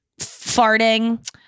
farting